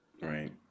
Right